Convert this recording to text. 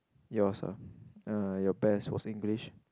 yours ah your best was English